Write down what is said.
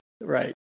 Right